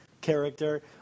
character